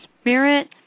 spirit